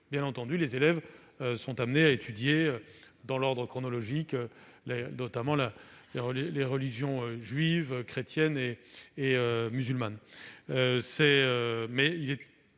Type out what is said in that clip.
qu'en histoire les élèves sont amenés à étudier, dans l'ordre chronologique, les religions juive, chrétienne et musulmane.